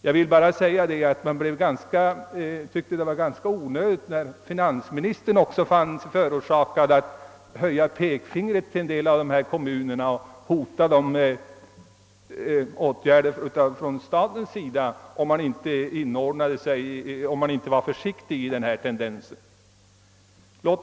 Jag vill i detta sammanhang tillägga, att jag tyckte det var ganska onödigt att finansministern fann sig föranlåten att höja pekpinnen mot en del av dessa kommuner och hota dem med åtgärder från statens sida om de inte var försiktiga i detta avseende.